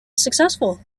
successful